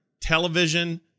television